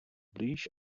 blíž